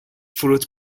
فروت